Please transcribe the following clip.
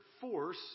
force